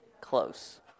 Close